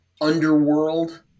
underworld